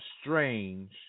strange